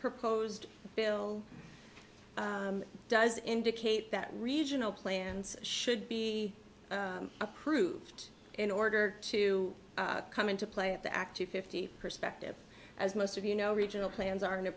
proposed bill does indicate that regional plans should be approved in order to come into play at the active fifty perspective as most of you know regional plans are